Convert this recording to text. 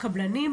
הקבלנים,